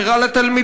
זה רע לתלמידים,